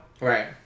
Right